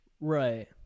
right